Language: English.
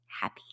happy